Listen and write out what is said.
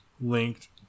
linked